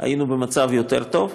היינו במצב יותר טוב.